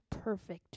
perfect